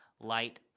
light